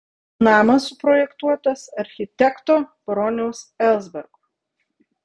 namas suprojektuotas architekto broniaus elsbergo